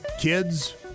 kids